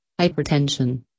hypertension